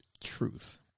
Truth